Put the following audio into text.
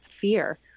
fear